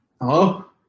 Hello